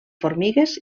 formigues